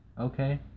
Okay